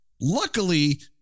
luckily